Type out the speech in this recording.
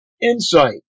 Insight